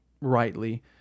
rightly